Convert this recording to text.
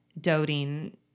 doting